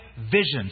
visions